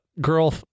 girl